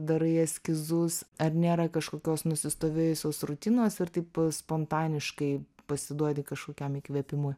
darai eskizus ar nėra kažkokios nusistovėjusios rutinos ir taip spontaniškai pasiduodi kažkokiam įkvėpimui